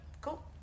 Cool